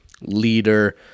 leader